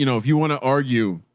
you know if you want to argue,